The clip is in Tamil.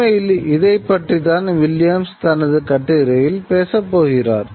உண்மையில் இதைப்பற்றிதான் வில்லியம்ஸ் தனது கட்டுரையில் பேசப்போகிறார்